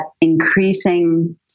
increasing